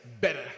better